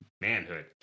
manhood